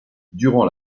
durant